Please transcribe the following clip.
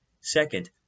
Second